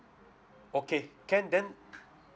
okay can then